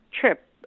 trip